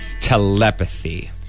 Telepathy